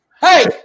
Hey